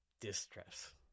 Distress